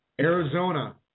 Arizona